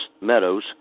meadows